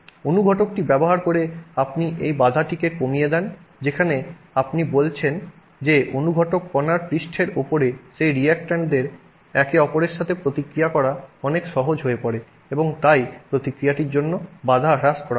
অনুঘটকটি ব্যবহার করে আপনি এই বাধাটিকে কমিয়ে দেন যেখানে আপনি বলছেন যে অনুঘটক কণার পৃষ্ঠের উপরে সেই রিয়্যাকট্যান্টদের একে অপরের সাথে প্রতিক্রিয়া করা অনেক সহজ হয়ে পরে এবং তাই প্রতিক্রিয়াটির জন্য বাধা হ্রাস করা হয়